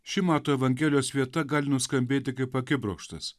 ši mato evangelijos vieta gali nuskambėti kaip akibrokštas